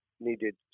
needed